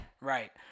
Right